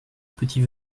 petit